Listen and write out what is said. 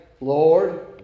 Lord